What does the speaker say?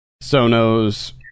Sono's